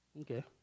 okay